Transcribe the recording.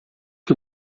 que